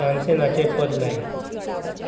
तानसेनाचें पद लाय